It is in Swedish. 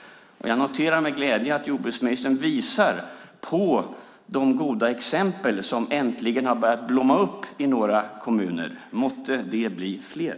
Jag noterar med glädje att ministern visar på de goda exempel som äntligen har börjat blomma upp i några kommuner. Måtte de bli fler!